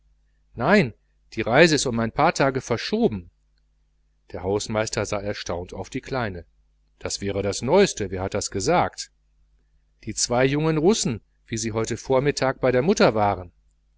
nein die reise ist um ein paar tage verschoben der portier sah erstaunt auf die kleine das wäre das neueste wer hat denn das gesagt die zwei jungen russen wie sie heute vormittag bei mama waren